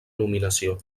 nominació